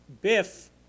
Biff